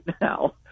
now